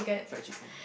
fried chicken